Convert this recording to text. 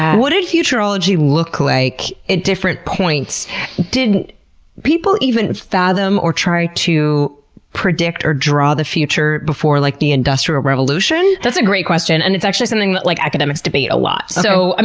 what did futurology look like at different points did people even fathom, or try to predict, or draw the future before, like, the industrial revolution? that's a great question. and it's actually something that like academics debate a lot. so,